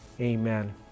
amen